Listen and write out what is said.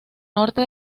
norte